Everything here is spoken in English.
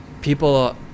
People